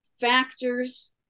factors